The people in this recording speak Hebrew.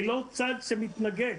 אני לא צד שמתנגד.